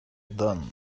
done